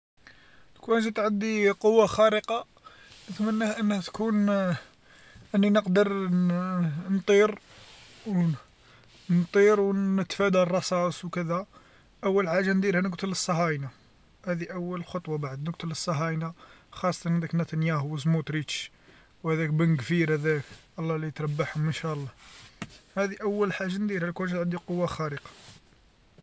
لوكان جات عندي قوى خارقه نتمناها أنها تكون، أني نقدر نطير نطير و نتفادى الرصاص و كذا أو حاجه نديرها نكتل الصهاينه، أذي أول خطوا بعد نكتل الصهاينه خاصة هذاك نتنياهو و زموطريش و هذاك بن كفير هذاك الله لا تربحهم إنشاء الله هاذي أول حاجه نديرها كون جات عندي قوى خارقه.